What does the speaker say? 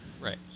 Right